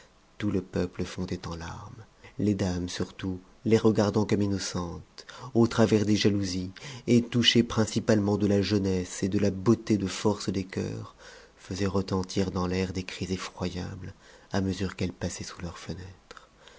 tout le peuple fondait en larmes les dames surtout les regardant comme innocentes au travers des jalousies et touchées principalement de la jeunesse et de la beauté de force des coeurs faisaient retentir dans l'air des cris effroyablés à mesure qu'elles passaient sous leurs fenêtres